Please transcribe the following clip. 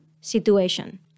situation